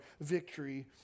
victory